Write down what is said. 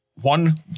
one